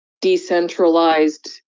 decentralized